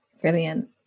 Brilliant